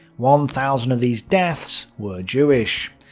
one thousand of these deaths were jewish.